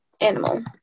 animal